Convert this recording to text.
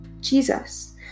Jesus